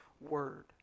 word